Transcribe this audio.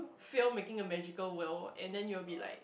fail making a magical world and then you will be like